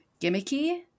gimmicky